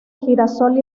girasol